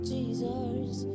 Jesus